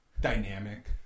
dynamic